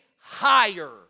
higher